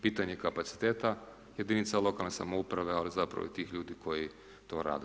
Pitanje kapaciteta jedinica lokalne samouprave ali zapravo i tih ljudi koji to rade.